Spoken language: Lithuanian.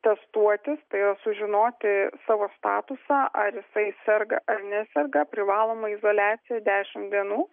testuotis tai yra sužinoti savo statusą ar jisai serga ar neserga privaloma izoliacija dešimt dienų